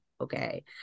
Okay